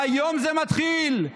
והיום זה מתחיל,